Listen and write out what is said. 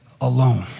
alone